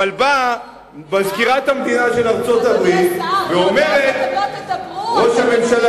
הוא יודע שאתם לא תדברו, אדוני השר.